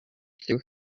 through